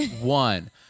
One